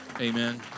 Amen